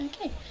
Okay